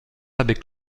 avec